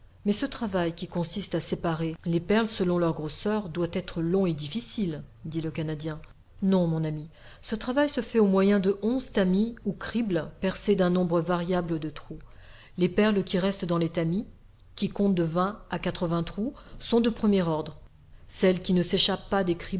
mais ce travail qui consiste à séparer les perles selon leur grosseur doit être long et difficile dit le canadien non mon ami ce travail se fait au moyen de onze tamis ou cribles percés d'un nombre variable de trous les perles qui restent dans les tamis qui comptent de vingt à quatre-vingts trous sont de premier ordre celles qui ne s'échappent pas des